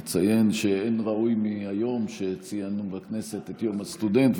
נציין שאין ראוי מהיום שציינו בו בכנסת את יום הסטודנט,